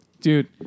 dude